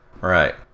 right